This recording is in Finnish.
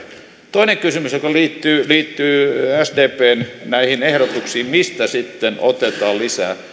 toinen kysymys liittyy liittyy näihin sdpn ehdotuksiin siitä mistä sitten otetaan lisää